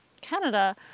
Canada